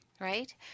right